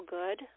good